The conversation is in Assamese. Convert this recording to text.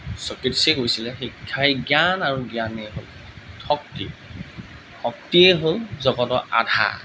চক্ৰেটিছে কৈছিলে শিক্ষাই জ্ঞান আৰু জ্ঞানেই শক্তি শক্তিয়েই হ'ল জগতৰ আধাৰ